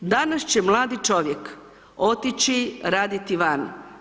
Danas će mladi čovjek otići raditi van.